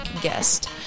guest